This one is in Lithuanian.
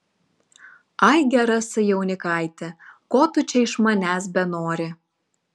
ai gerasai jaunikaiti ko tu čia iš manęs benori